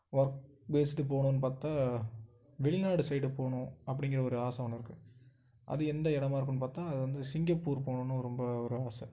work based போகணுன்னு பார்த்தா வெளிநாடு சைடு போகணும் அப்படிங்கிற ஒரு ஆசை ஒன்று இருக்குது அது எந்த இடமாக இருக்குதுன்னு பார்த்தா அது வந்து சிங்கப்பூர் போகணுன்னு ஒரு ரொம்ப ஒரு ஆசை